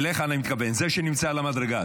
אליך אני מתכוון, זה שנמצא על המדרגה.